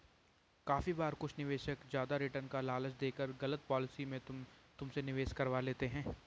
काफी बार कुछ निवेशक ज्यादा रिटर्न का लालच देकर गलत पॉलिसी में तुमसे निवेश करवा लेते हैं